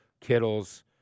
Kittle's